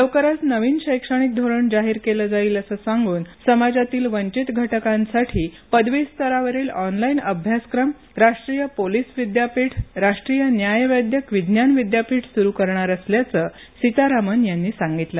लवकरच नवीन शैक्षणिक धोरण जाहीर केलं जाईल असं सांगून समाजातील वंधित घटकांसाठी पदवी स्तरावरील ऑन लाइन अभ्यासक्रम राष्ट्रीय पोलिस विद्यापीठ राष्ट्रीय न्यायवेद्यक विज्ञान विद्यापीठ सुरू करणार असल्याचं सीतारामन यांनी सांगितलं